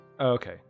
Okay